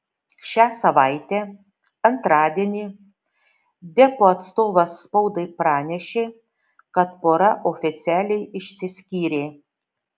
šią savaitę antradienį deppo atstovas spaudai pranešė kad pora oficialiai išsiskyrė